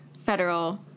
federal